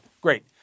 great